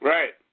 Right